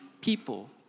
people